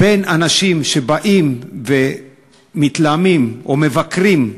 בין אנשים שבאים ומתלהמים, או מבקרים,